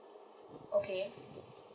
okay